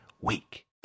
week